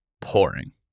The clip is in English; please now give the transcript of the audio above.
pouring